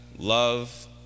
love